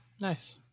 Nice